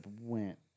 went